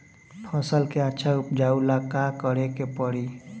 फसल के अच्छा उपजाव ला का करे के परी?